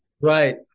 Right